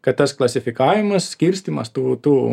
kad tas klasifikavimas skirstymas tų tų